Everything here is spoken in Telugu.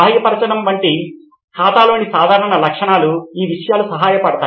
బాహ్యపరచడం వంటి ఖాతాలోని సాధారణ లక్షణాలు ఆ విషయాలు సహాయపడతాయి